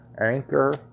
Anchor